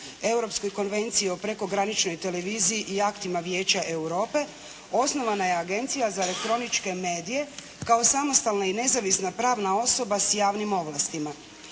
Europskoj konvenciji o prekograničnoj televiziji i aktima Vijeća Europe osnovana je Agencija za elektroničke medije kao samostalna i nezavisna pravna osoba s javnim ovlastima.